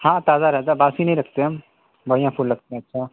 ہاں تازہ رہتا ہے باسی نہیں رکھتے ہم بڑھیا پھول رکھتے ہیں